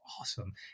awesome